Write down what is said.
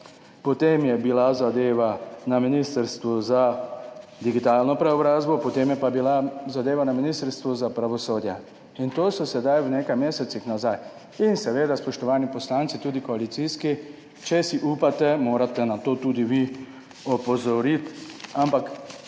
potem je bila zadeva na Ministrstvu za digitalno preobrazbo, potem je pa bila zadeva na Ministrstvu za pravosodje in to so sedaj v nekaj mesecih nazaj, in seveda, spoštovani poslanci, tudi koalicijski, če si upate, morate na to tudi vi opozoriti, ampak